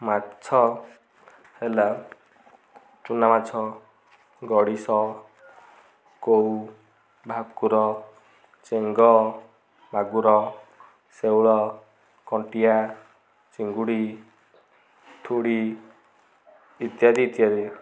ମାଛ ହେଲା ଚୁନା ମାଛ ଗଡ଼ିଶ କଉ ଭାକୁର ଚେଙ୍ଗ ମାଗୁର ଶେଉଳ କଣ୍ଟିଆ ଚିଙ୍ଗୁଡ଼ି ଥୁଡ଼ି ଇତ୍ୟାଦି ଇତ୍ୟାଦି